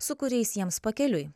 su kuriais jiems pakeliui